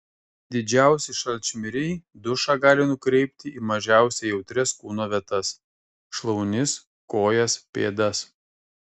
didžiausi šalčmiriai dušą gali nukreipti į mažiausiai jautrias kūno vietas šlaunis kojas pėdas